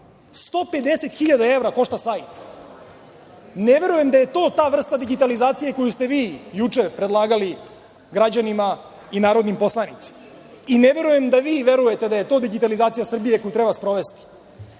150.000 evra. Ne verujem da je to ta vrsta digitalizacije koju ste vi juče predlagali građanima i narodnim poslanicima i ne verujem da vi verujete da je to digitalizacija Srbije koju treba sprovesti. Ono